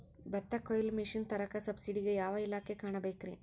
ಭತ್ತ ಕೊಯ್ಯ ಮಿಷನ್ ತರಾಕ ಸಬ್ಸಿಡಿಗೆ ಯಾವ ಇಲಾಖೆ ಕಾಣಬೇಕ್ರೇ?